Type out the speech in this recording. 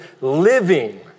living